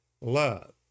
love